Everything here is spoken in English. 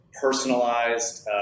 personalized